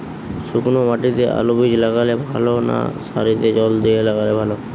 শুক্নো মাটিতে আলুবীজ লাগালে ভালো না সারিতে জল দিয়ে লাগালে ভালো?